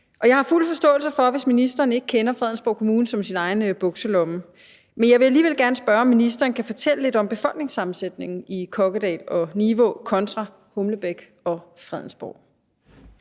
Jeg har fuld forståelse for, hvis ministeren ikke kender Fredensborg Kommune som sin egen bukselomme, men jeg vil alligevel gerne spørge, om ministeren kan fortælle lidt om befolkningssammensætningen i Kokkedal og Nivå kontra Humlebæk og Fredensborg.